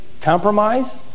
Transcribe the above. compromise